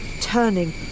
turning